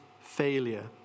failure